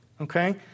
okay